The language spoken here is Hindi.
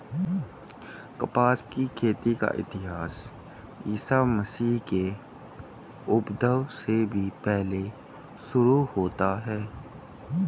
कपास की खेती का इतिहास ईसा मसीह के उद्भव से भी पहले शुरू होता है